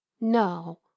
No